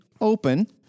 open